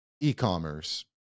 e-commerce